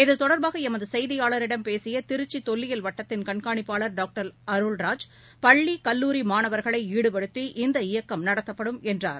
இத்தொடர்பாக எமது செய்தியாளரிடம் பேசிய திருச்சி தொல்லியல் வட்டத்தின் கண்காணிப்பாளர் டாக்டர் அருள்ராஜ் பள்ளி கல்லூரி மாணவர்களை ஈடுபடுத்தி இந்த இயக்கம் நடத்தப்படும் என்றார்